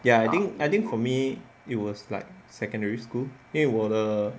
ya I think I think for me it was like secondary school 因为我的